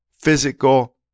physical